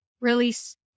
release